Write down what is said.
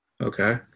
Okay